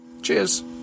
Cheers